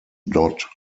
not